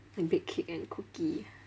bake cake and cookie